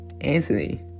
anthony